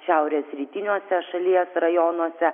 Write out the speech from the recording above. šiaurės rytiniuose šalies rajonuose